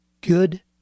good